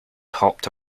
hopped